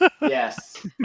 Yes